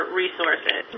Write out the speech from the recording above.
resources